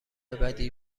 بدی